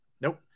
Nope